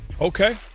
Okay